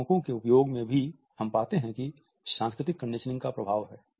नियामकों के उपयोग में भी हम पाते हैं कि सांस्कृतिक कंडीशनिंग का प्रभाव है